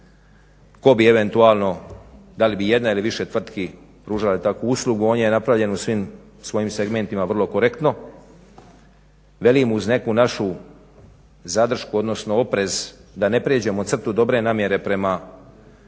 tko bi eventualno, da li bi jedna ili više tvrtki pružali takvu uslugu. On je napravljen u svim svojim segmentima vrlo korektno. Velim uz neku našu zadršku odnosno oprez da ne prijeđemo crtu dobre namjere prema